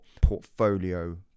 portfolio